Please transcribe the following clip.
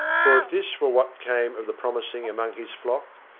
for if this were what came of the promising among his flock,